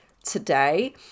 Today